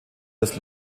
des